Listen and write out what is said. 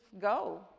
go